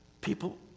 People